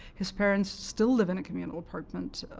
his parents still live in a communal apartment.